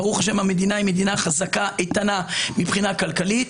ברוך השם המדינה היא מדינה חזקה ואיתנה מבחינה כלכלית.